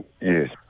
Yes